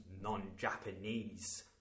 non-Japanese